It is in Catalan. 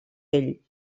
ell